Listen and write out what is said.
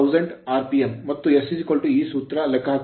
05 ಪಡೆಯುತ್ತೇವೆ